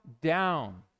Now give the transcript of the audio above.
down